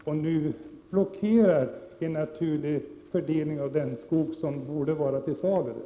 Därmed blockeras en naturlig fördelning av den skog som borde vara till salu.